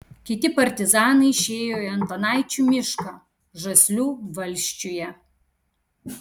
kiti partizanai išėjo į antanaičių mišką žaslių valsčiuje